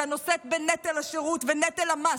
הנושאת בנטל השירות ונטל המס,